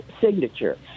signature